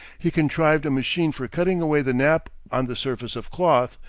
he contrived a machine for cutting away the nap on the surface of cloth,